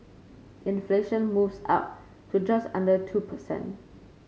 inflation moves up to just under two per cent